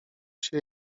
się